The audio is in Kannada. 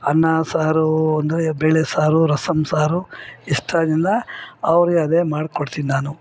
ಅನ್ನ ಸಾರು ಅಂದರೆ ಬೇಳೆ ಸಾರು ರಸಮ್ ಸಾರು ಇಷ್ಟ ಆದ್ರಿಂದ ಅವ್ರಿಗದೇ ಮಾಡ್ಕೊಡ್ತೀನಿ ನಾನು